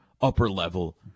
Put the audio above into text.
upper-level